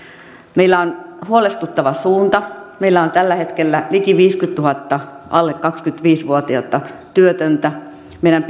meillä on huolestuttava suunta meillä on tällä hetkellä liki viidellekymmenelletuhannelle alle kaksikymmentäviisi vuotiasta työtöntä meidän